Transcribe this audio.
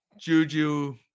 Juju